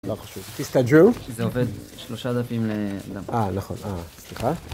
מיסטר ג'ו? זה עובד שלושה דפים לדם. אה, נכון, אה, סליחה.